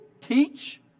teach